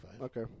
Okay